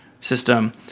system